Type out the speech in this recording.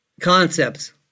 concepts